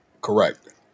Correct